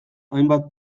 hainbat